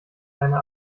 eine